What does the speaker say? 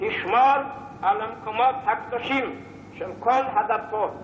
תשמור על המקומות הקדושים של כל הדתות."